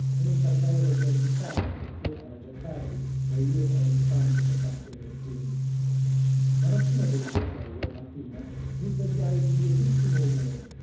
e non tardai ad addormentarmi perché era già tardi e io ero stanco da tante emozioni la mattina dopo cioè iermattina mi svegliai di lietissimo umore